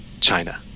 China